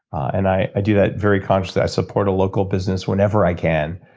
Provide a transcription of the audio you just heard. and i i do that very consciously. i support a local business whenever i can.